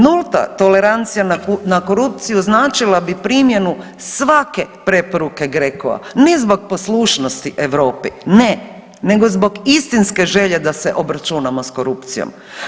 Nulta tolerancija na korupciju značila bi primjenu svake preporuke GRECO-a ni zbog poslušnosti Europi ne, nego zbog istinske želje da se obračunamo s korupcijom.